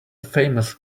famous